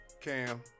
cam